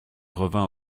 revint